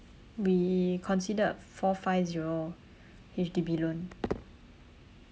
we considered four five zero H_D_B loan